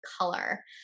color